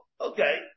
Okay